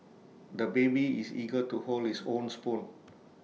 the baby is eager to hold his own spoon